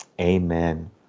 amen